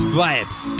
vibes